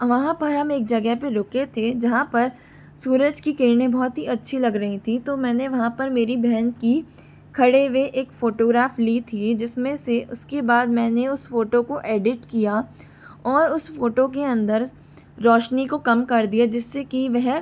वहाँ पर हम एक जगह पर रुके थे जहाँ पर सूरज की किरणें बहुत ही अच्छी लग रही थी तो मैंने वहॉँ पर मेरी बहन की खड़े हुए एक फ़ोटोग्राफ ली थी जिसमें से उसके बाद मैंने उस फ़ोटो को एडिट किया और उस फ़ोटो के अंदर रौशनी को कम कर दिया जिससे कि वह